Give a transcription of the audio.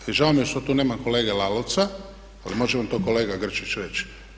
I žao mi je što tu nema kolege Lalovca, ali može vam to kolega Grčić reći.